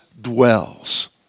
dwells